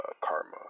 karma